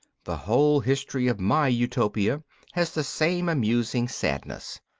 the whole history of my utopia has the same amusing sadness.